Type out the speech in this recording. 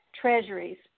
treasuries